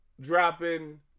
dropping